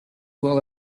well